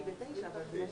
ואז אנחנו מגיעים לשעה תשע